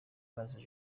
bazize